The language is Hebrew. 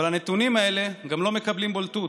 אבל הנתונים האלה גם לא מקבלים בולטות.